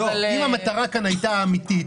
אם המטרה כאן הייתה אמיתית,